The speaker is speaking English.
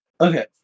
Okay